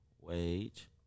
wage